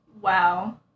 Wow